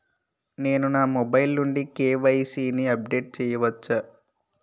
నేను నా మొబైల్ నుండి కే.వై.సీ ని అప్డేట్ చేయవచ్చా?